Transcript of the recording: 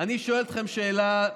אני שואל אתכם שאלה,